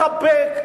מחבק,